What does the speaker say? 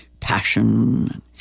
passion